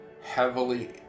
heavily